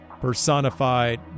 personified